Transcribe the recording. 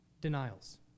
denials